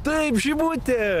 taip žibutė